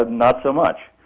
but not so much,